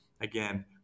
again